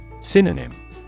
Synonym